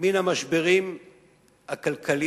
מן המשברים הכלכליים,